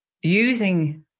using